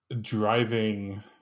driving